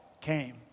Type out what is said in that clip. came